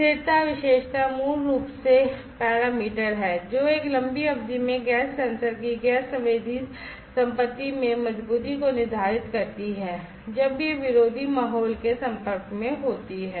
स्थिरता विशेषता मूल रूप से पैरामीटर है जो एक लंबी अवधि में गैस सेंसर की गैस संवेदी संपत्ति में मजबूती को निर्धारित करती है जब यह विरोधी माहौल के संपर्क में होती है